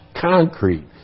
concrete